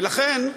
ולכן,